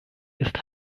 ist